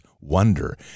wonder